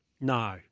No